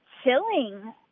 Chilling